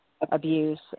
abuse